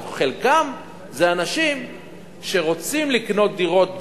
חלקם זה אנשים שרוצים לקנות דירות,